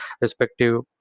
respective